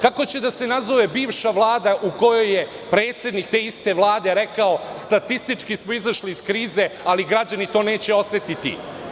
Kako će da se nazove bivša Vlada u kojoj je predsednik te iste Vlade rekao – statistički smo izašli iz krize, ali građani to neće osetiti?